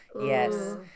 yes